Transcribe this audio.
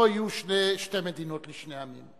לא יהיו שתי מדינות לשני עמים,